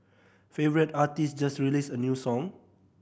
favourite artist just released a new song